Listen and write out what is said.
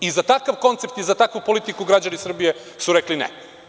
I, za takav koncept i za takvu politiku građani Srbije su rekli - ne.